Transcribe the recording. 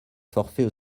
forfait